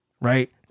right